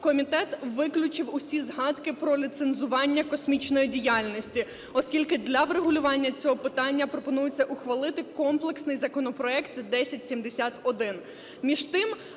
комітет виключив усі згадки про ліцензування космічної діяльності, оскільки для ліцензування цього питання пропонується ухвалити комплексний законопроект 1071.